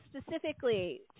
specifically